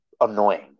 annoying